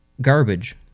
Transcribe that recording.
garbage